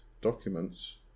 documents